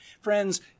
Friends